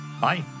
Bye